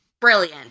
brilliant